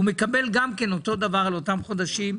מקבל אותו דבר על אותם חודשים.